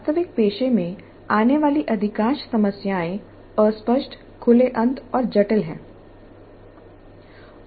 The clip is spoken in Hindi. वास्तविक पेशे में आने वाली अधिकांश समस्याएं अस्पष्ट खुले अंत और जटिल हैं